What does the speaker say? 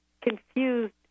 confused